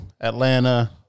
Atlanta